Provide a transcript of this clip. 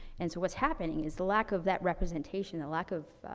and so what's happening is the lack of that representation, the lack of,